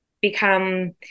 become